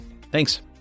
Thanks